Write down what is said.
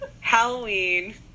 Halloween